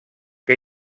que